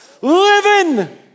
Living